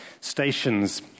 stations